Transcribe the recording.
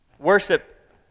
worship